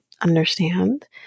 understand